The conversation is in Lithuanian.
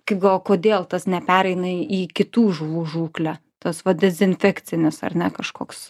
kaip galvojat kodėl tas nepereina į kitų žuvų žūklę tas va dezinfekcinis ar ne kažkoks